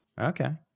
okay